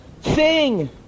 Sing